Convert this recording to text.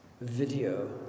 video